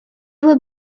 would